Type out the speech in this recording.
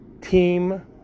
team